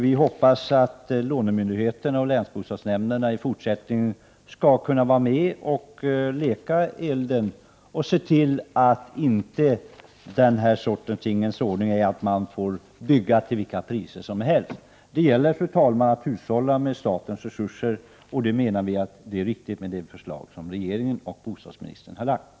Vi hoppas att lånemyndigheten och länsbostadsnämnden skall kunna vara med och leka i elden i fortsättningen och se till att det inte råder en tingens ordning, där man får bygga till vilka priser som helst. Det gäller, fru talman, att hushålla med statens resurser. Det är därför riktigt med det förslag som regeringen och bostadsministern har lagt fram.